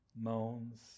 moans